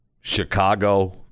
Chicago